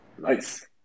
Nice